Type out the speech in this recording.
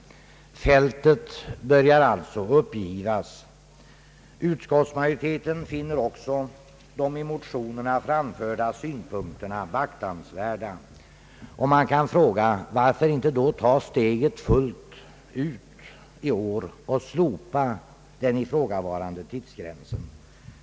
Fältet börjar alltså att uppgivas. Utskottsmajoriteten finner också de i motionerna framförda synpunkterna beaktansvärda. Man kan fråga: Varför inte då ta steget fullt ut i år och slopa den ifrågavarande tidsgränsen?